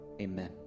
Amen